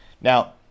Now